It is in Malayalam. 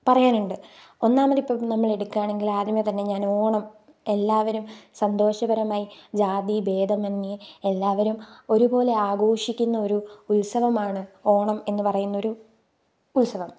പറയാനുണ്ട് ഒന്നാമത് ഇപ്പം നമ്മൾ എടുക്കുകയാണെങ്കിൽ ആദ്യമേതന്നെ ഞാൻ ഓണം എല്ലാവരും സന്തോഷകരമായി ജാതിഭേദമന്യേ എല്ലാവരും ഒരുപോലെ ആഘോഷിക്കുന്ന ഒരു ഉത്സവമാണ് ഓണം എന്ന് പറയുന്നൊരു ഉത്സവം